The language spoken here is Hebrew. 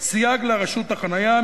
"סייג לרשות חנייה,